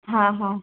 हा हा